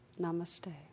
Namaste